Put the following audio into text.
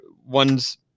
ones